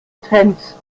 trends